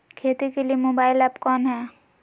खेती के लिए मोबाइल ऐप कौन है?